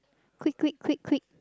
quick quick quick quick